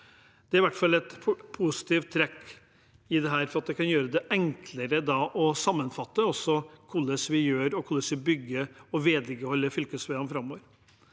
Det er i hvert fall et positivt trekk i dette, for det kan gjøre det enklere å sammenfatte hvordan vi gjør det, og hvordan vi bygger og vedlikeholder fylkesveiene framover.